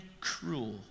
cruel